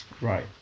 Right